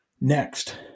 Next